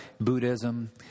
Buddhism